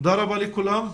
תודה רבה לכולם.